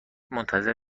منتظر